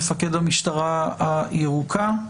מפקד המשטרה הירוקה,